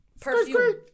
Perfume